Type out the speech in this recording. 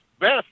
best